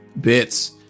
bits